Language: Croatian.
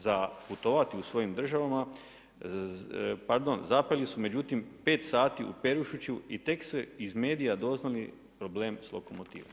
Za putovati u svojim državama, pardon zapeli su međutim 5 sati u Perušiću i tek su iz medija doznali problem sa lokomotivom.